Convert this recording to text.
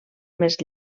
més